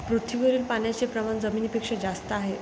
पृथ्वीवरील पाण्याचे प्रमाण जमिनीपेक्षा जास्त आहे